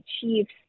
Chiefs